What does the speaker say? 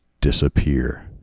disappear